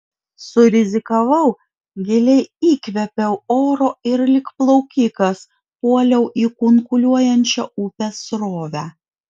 surizikavau giliai įkvėpiau oro ir lyg plaukikas puoliau į kunkuliuojančią upės srovę